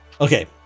Okay